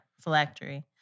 phylactery